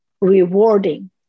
rewarding